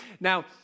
Now